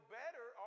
better